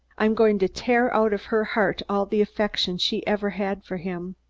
i'm going to tear out of her heart all the affection she ever had for him.